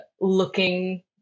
looking